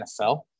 NFL